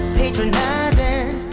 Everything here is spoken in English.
patronizing